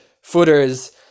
footers